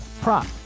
prop